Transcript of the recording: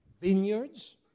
vineyards